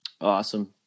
Awesome